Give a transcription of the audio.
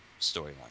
storyline